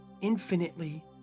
infinitely